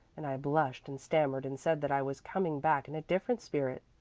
and i blushed and stammered and said that i was coming back in a different spirit.